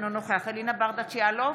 אינו נוכח אלינה ברדץ' יאלוב,